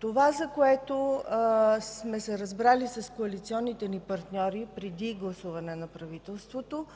Това, за което сме се разбрали с коалиционните ни партньори, преди гласуване на правителството,